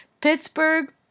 Pittsburgh